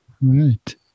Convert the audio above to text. Right